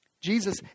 Jesus